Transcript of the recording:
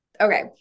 Okay